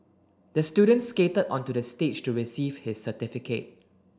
the student skated onto the stage to receive his certificate